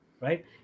right